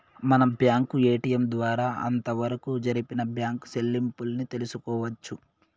మనం bank ATM ద్వారా అంతవరకు జరిపిన బ్యాంకు సెల్లింపుల్ని తెలుసుకోవచ్చు